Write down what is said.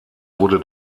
wurde